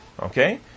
Okay